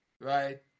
right